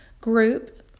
group